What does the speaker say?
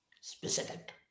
specific